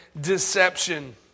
deception